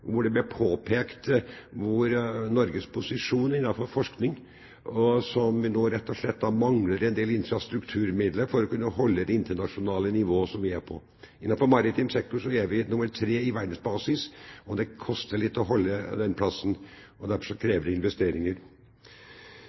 Norges posisjon innenfor forskning, hvor det ble påpekt at vi rett og slett mangler en del infrastrukturmidler for å kunne holde vårt internasjonale nivå. Innenfor maritim sektor er vi nr. 3 på verdensbasis, og det koster litt å holde den plassen. Derfor krever det investeringer.